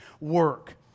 work